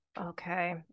Okay